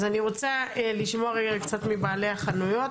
אני רוצה לשמוע קצת מבעלי החנויות.